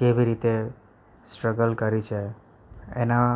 કેવી રીતે સ્ટ્રગલ કરી છે એના